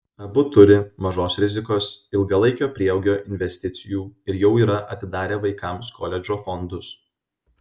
abu turi mažos rizikos ilgalaikio prieaugio investicijų ir jau yra atidarę vaikams koledžo fondus